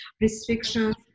restrictions